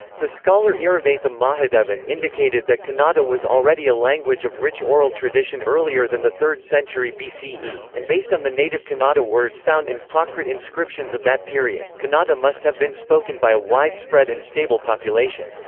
the scholar iravatham mahadevan indicated that kannada was already a language of rich oral tradition earlier than the third century bce, and based on the native kannada words found in prakrit inscriptions of that period, kannada must have been spoken by a widespread and stable population.